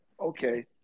okay